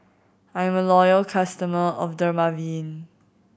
I am a loyal customer of Dermaveen